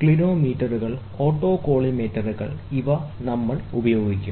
ക്ലിനോമീറ്ററുകൾ autocollimator ഇവ നമ്മൾ അത് ഉപയോഗിക്കും